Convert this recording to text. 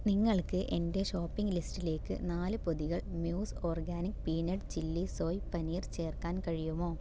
നിങ്ങൾക്ക് എന്റെ ഷോപ്പിംഗ് ലിസ്റ്റിലേക്ക് നാല് പൊതികൾ Muse organic peanut chilli soy paneer ചേർക്കാൻ കഴിയുമോ